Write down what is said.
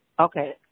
Okay